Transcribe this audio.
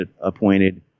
appointed